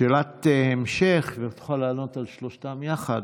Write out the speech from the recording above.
שאלת המשך, ותוכל לענות עליהן יחד.